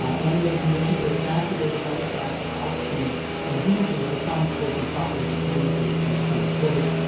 and those emissions are exacerbated by the fact that altitude enhances the climate forcing properties of pollutants in ah in a plane's wake.